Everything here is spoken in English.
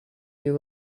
you